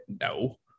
No